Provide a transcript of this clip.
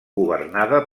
governada